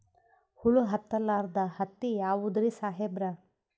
ಹುಳ ಹತ್ತಲಾರ್ದ ಹತ್ತಿ ಯಾವುದ್ರಿ ಸಾಹೇಬರ?